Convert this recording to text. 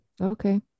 Okay